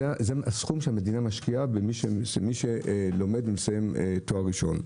זה הסכום שהמדינה משקיעה למי שלומד ומסיים תואר ראשון.